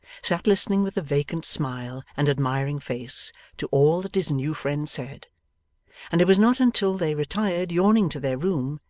sat listening with a vacant smile and admiring face to all that his new friend said and it was not until they retired yawning to their room,